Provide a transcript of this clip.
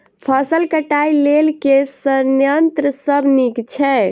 फसल कटाई लेल केँ संयंत्र सब नीक छै?